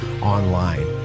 online